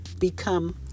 become